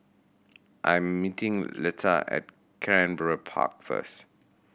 I am meeting Letta at Canberra Park first